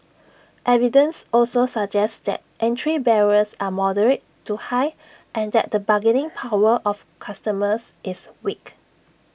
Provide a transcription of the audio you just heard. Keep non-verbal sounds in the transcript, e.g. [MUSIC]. evidence also suggests that entry barriers are moderate to high and that the [NOISE] bargaining power of customers is weak